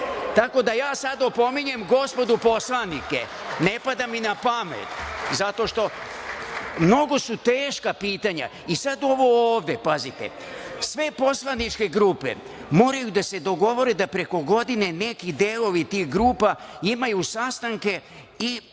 da ja sada opominjem gospodu poslanike, ne pada mi na pamet, zato što mnogo su teška pitanja. I sada ovo ovde, sve poslaničke grupe moraju da se dogovore da preko godine neki delovi tih grupa imaju sastanke,